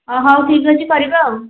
ହ ହଉ ଠିକ୍ ଅଛି କରିବା ଆଉ